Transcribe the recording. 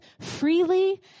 freely